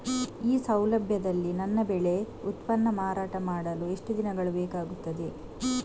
ಈ ಸೌಲಭ್ಯದಲ್ಲಿ ನನ್ನ ಬೆಳೆ ಉತ್ಪನ್ನ ಮಾರಾಟ ಮಾಡಲು ಎಷ್ಟು ದಿನಗಳು ಬೇಕಾಗುತ್ತದೆ?